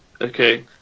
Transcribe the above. Okay